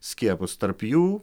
skiepus tarp jų